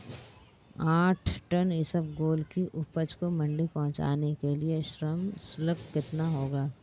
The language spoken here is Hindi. आठ टन इसबगोल की उपज को मंडी पहुंचाने के लिए श्रम शुल्क कितना होगा?